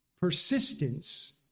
persistence